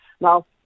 Now